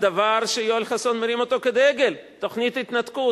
הדבר שיואל חסון מרים אותו כדגל, תוכנית התנתקות.